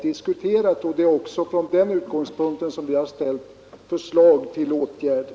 Det är också från den utgångspunkten vi från vpk har lagt fram förslag till åtgärder.